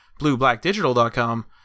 BlueBlackDigital.com